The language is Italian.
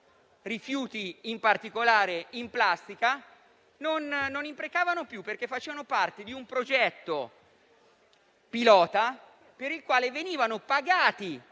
rifiuti, in particolare in plastica, perché facevano parte di un progetto pilota per il quale venivano pagati